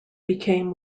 became